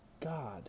God